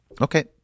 Okay